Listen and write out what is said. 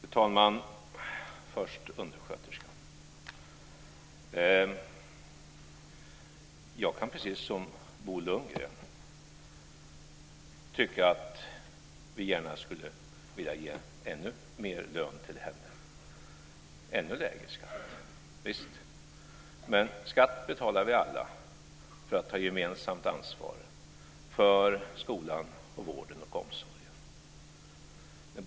Fru talman! Först undersköterskan. Precis som Bo Lundgren kan jag tycka att vi gärna skulle vilja ge ännu mer lön till henne och ännu lägre skatt. Men skatt betalar vi alla för att ta gemensamt ansvar för skolan, vården och omsorgen.